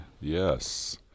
Yes